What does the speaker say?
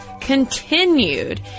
continued